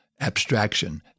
abstraction